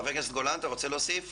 חבר הכנסת גולן, אתה רוצה להוסיף משהו?